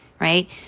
right